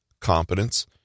competence